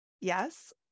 yes